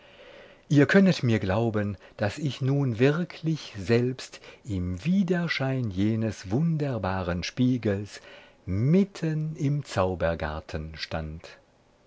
ihr könnet mir glauben daß ich nun wirklich selbst im widerschein jenes wunderbaren spiegels mitten im zaubergarten stand